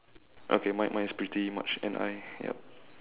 okay mine mine is pretty much and I yup